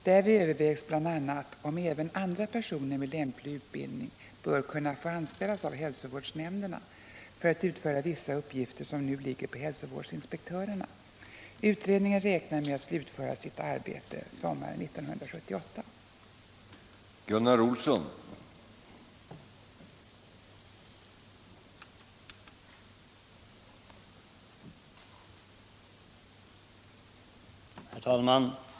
Därvid övervägs bl.a. om även andra personer med lämplig utbildning bör kunna få anställas av hälsovårdsnämnderna för att utföra vissa uppgifter som nu ligger på hälsovårdsinspektörerna. Utredningen räknar med att slutföra sitt arbete sommaren 1978. Om ökat antal hälsovårdsinspektörer